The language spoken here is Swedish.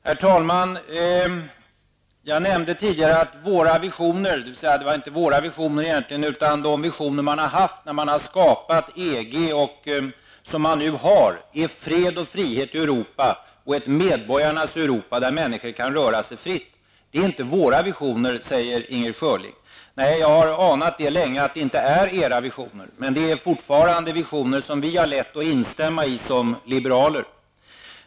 Herr talman! De visioner jag nämnde tidigare är inte våra, utan de visioner man hade när man skapade handlar om fred och frihet för Europa, ett medborgarnas Europa där människor kan röra sig fritt. Det är inte våra visioner, säger Inger Schörling. Nej, jag har anat länge att det inte är era visioner, men det är fortfarande visioner som vi har lätt att instämma i som liberaler.